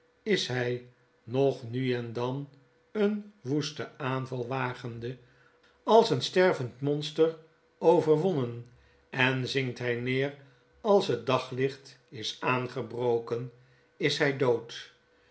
is hfl nog nu en dan een woesten aanval wagende als een stervend monster overwonnen en zinkt hfl neer als het daglicht is aangebroken is hij dood